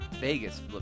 Vegas